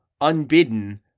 unbidden